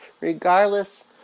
regardless